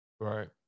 Right